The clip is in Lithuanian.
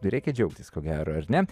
reikia džiaugtis ko gero ar ne